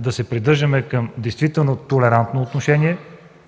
да се придържаме към толерантно отношение,